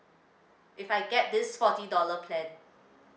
if I get this forty dollar plan